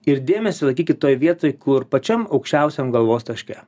ir dėmesį laikykit toj vietoj kur pačiam aukščiausiam galvos taške